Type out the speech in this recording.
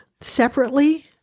separately